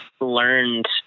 learned